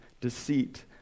deceit